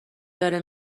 داره